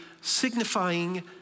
signifying